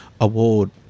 Award